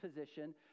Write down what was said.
position